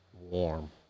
warm